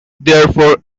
therefore